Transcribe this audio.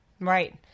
right